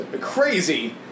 crazy